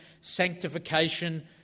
sanctification